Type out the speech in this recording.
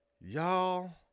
y'all